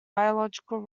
biological